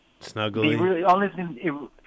snuggly